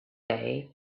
day